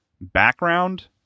background